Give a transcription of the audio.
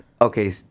okay